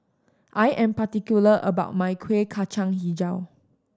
I am particular about my Kueh Kacang Hijau